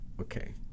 Okay